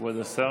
מודה לסגן השר